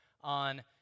on